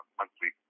monthly